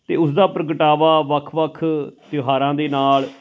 ਅਤੇ ਉਸਦਾ ਪ੍ਰਗਟਾਵਾ ਵੱਖ ਵੱਖ ਤਿਉਹਾਰਾਂ ਦੇ ਨਾਲ